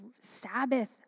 Sabbath